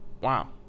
Wow